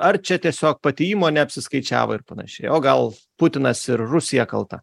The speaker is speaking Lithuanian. ar čia tiesiog pati įmonė apsiskaičiavo ir panašiai o gal putinas ir rusija kalta